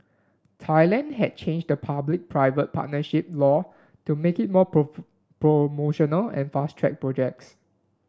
Thailand has changed the public private partnership law to make it more promotional and fast track project